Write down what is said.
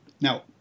Now